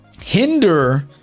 hinder